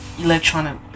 Electronic